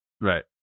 Right